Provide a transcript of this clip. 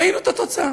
ראינו את התוצאה.